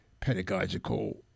pedagogical